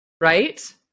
right